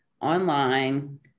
online